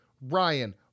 Ryan